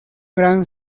gran